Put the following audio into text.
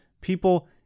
people